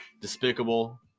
despicable